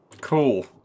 Cool